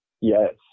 Yes